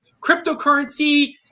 cryptocurrency